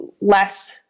less